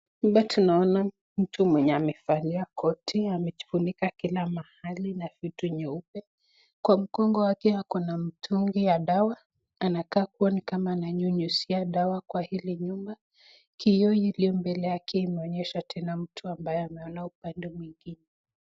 Hapa tunaona mtu mwenye amevalia koti, amejifunika kila mahali na vitu nyuepe. Kwa mgongo wake ako na mtungi ya dawa, anakaa kuwa ni kama ananyunyiza dawa kwa hili nyumba. Kioo iliyo mbele yake imeonyesha tena mtu ambaye ameona upande mwingine.